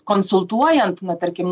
konsultuojant na tarkim